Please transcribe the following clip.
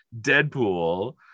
Deadpool